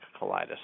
colitis